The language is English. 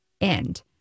end